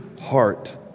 heart